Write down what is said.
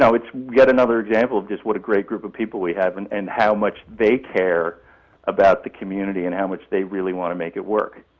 it's yet another example of just what a great group of people we have and and how much they care about the community and how much they really want to make it work.